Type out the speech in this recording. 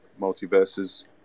multiverses